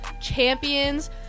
champions